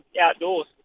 outdoors